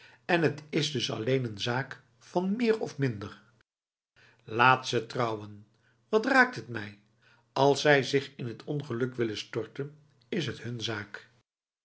en het is dus alleen een zaak van meer of minder laat ze trouwen wat raakt het mij als zij zich in het ongeluk willen storten is het hun zaak